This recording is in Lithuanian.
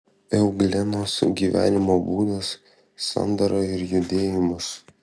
euglenos gyvenimo būdas sandara ir judėjimas